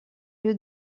lieu